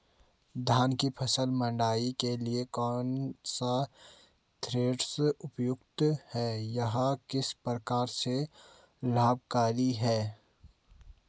धान की फसल मड़ाई के लिए कौन सा थ्रेशर उपयुक्त है यह किस प्रकार से लाभकारी है?